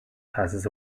passes